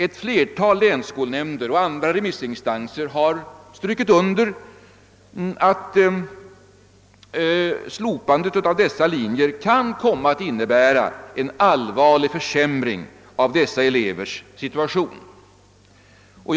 Ett flertal länsskolnämnder och andra remissinstanser har understrukit att slopandet av dessa linjer kan komma att innebära en allvarlig försämring av situationen för de elever det gäller.